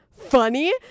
Funny